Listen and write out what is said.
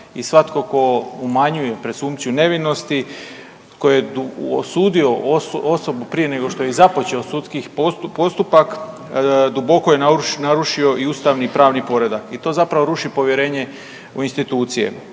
i svatko tko umanjuje presumpciju nevinosti, koji je osudio osobu prije nego što je i započeo sudski postupak, duboko je narušio i ustavni pravni poredak i to zapravo ruši povjerenje u institucije.